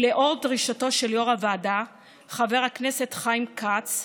לאור דרישתו של יו"ר הוועדה חבר הכנסת חיים כץ,